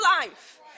life